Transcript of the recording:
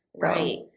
Right